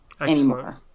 anymore